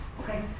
okay.